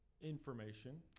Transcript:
information